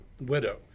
widow